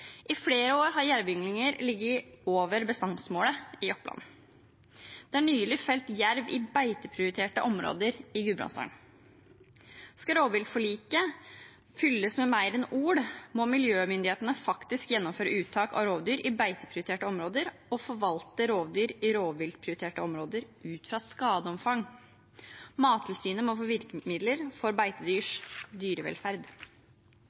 I flere år har antallet ynglinger av jerv ligget over bestandsmålet i Oppland. Det er nylig felt jerv i beiteprioriterte områder i Gudbrandsdalen. Skal rovviltforliket fylles med mer enn ord, må miljømyndighetene faktisk gjennomføre uttak av rovdyr i beiteprioriterte områder og forvalte rovdyr i rovdyrprioriterte områder ut fra skadeomfang. Mattilsynet må få virkemidler for